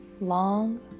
long